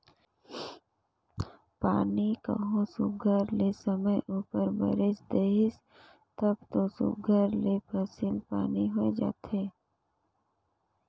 पानी कहों सुग्घर ले समे उपर बरेस देहिस तब दो सुघर ले फसिल पानी होए जाथे